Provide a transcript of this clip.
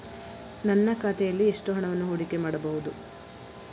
ನನ್ನ ಖಾತೆಯಲ್ಲಿ ಎಷ್ಟು ಹಣವನ್ನು ಹೂಡಿಕೆ ಮಾಡಬಹುದು?